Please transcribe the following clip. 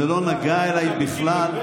זה לא נגע אליי בכלל.